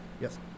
Yes